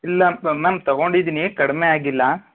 ಇಲ್ಲ ಮ್ ಮ್ಯಾಮ್ ತೊಗೊಂಡಿದ್ದೀನಿ ಕಡಿಮೆ ಆಗಿಲ್ಲ